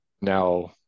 now